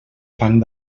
fang